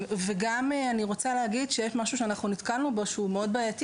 גם אני רוצה להגיד שיש משהו שאנחנו נתקלנו בו שהוא מאוד בעייתי